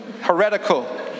heretical